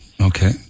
okay